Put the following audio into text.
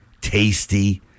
tasty